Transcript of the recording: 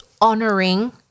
honoring